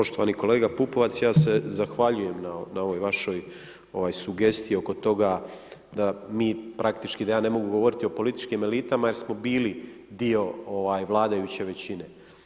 Poštovani kolega Pupovac, ja se zahvaljujem na ovoj vašoj sugestiji oko toga da mi praktički, da ja ne mogu govoriti o političkim elitama jer smo bili dio vladajuće većine.